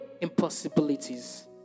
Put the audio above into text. Impossibilities